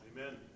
Amen